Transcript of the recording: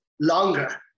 longer